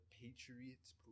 Patriots